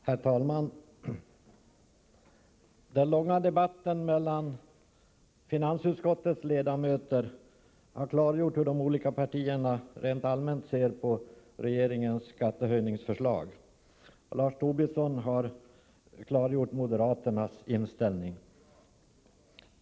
Herr talman! Den långa debatten mellan finansutskottets ledamöter har klargjort hur de olika partierna rent allmänt ser på regeringens skattehöjningsförslag. Lars Tobisson har klargjort moderaternas inställning.